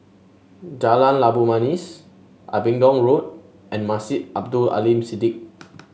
Jalan Labu Manis Abingdon Road and Masjid Abdul Aleem Siddique